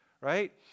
right